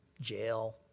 Jail